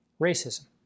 racism